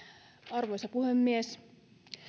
arvoisa puhemies